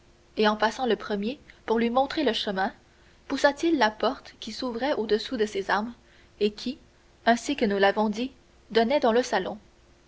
et passant le premier pour lui montrer le chemin poussa t il la porte qui s'ouvrait au-dessous de ses armes et qui ainsi que nous l'avons dit donnait dans le salon